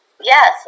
Yes